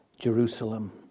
Jerusalem